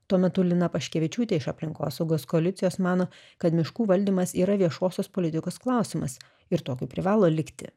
tuo metu lina paškevičiūtė iš aplinkosaugos koalicijos mano kad miškų valdymas yra viešosios politikos klausimas ir tokiu privalo likti